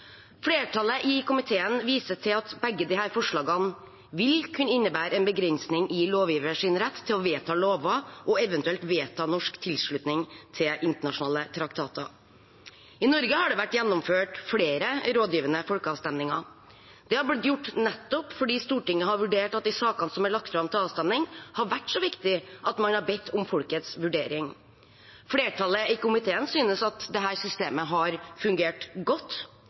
Flertallet i komiteen viser til at begge disse forslagene vil kunne innebære en begrensning i lovgivers rett til å vedta lover og eventuelt vedta norsk tilslutning til internasjonale traktater. I Norge har det vært gjennomført flere rådgivende folkeavstemninger. Det er blitt gjort nettopp fordi Stortinget har vurdert at de sakene som er lagt fram til avstemning, har vært så viktige at man har bedt om folkets vurdering. Flertallet i komiteen synes at dette systemet har fungert godt.